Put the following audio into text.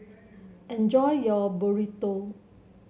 enjoy your Burrito